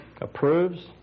approves